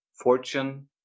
fortune